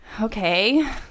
Okay